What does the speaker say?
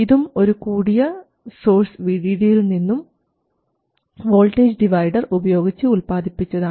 ഇതും ഒരു കൂടിയ സോഴ്സ് VDD യിൽ നിന്നും വോൾട്ടേജ് ഡിവൈഡർ ഉപയോഗിച്ച് ഉല്പാദിപ്പിച്ചതാണ്